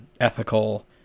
ethical